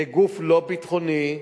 כגוף לא ביטחוני,